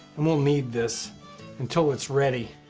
and we'll knead this until its ready,